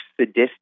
sadistic